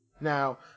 Now